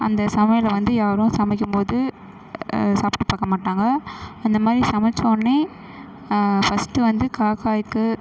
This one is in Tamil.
அந்த சமையலை வந்து யாரும் சமைக்கும் போது சாப்பிட்டு பார்க்கமாட்டாங்க அந்த மாதிரி சமைத்த உடனே ஃபஸ்டு வந்து காக்காய்க்கு